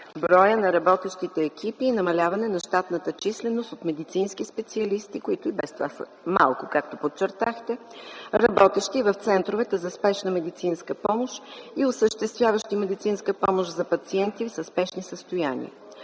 броя на работещите екипи и намаляване на щатната численост от медицински специалисти (които и без това са малко, както подчертахте), работещи в центровете за спешна медицинска помощ и осъществяващи медицинска помощ за пациенти в спешно състояние.